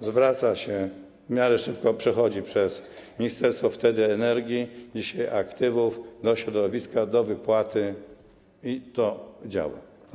zwraca się, w miarę szybko przechodzi to przez ministerstwo wtedy energii, dzisiaj: aktywów, do środowiska do wypłaty i to działa.